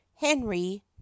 henry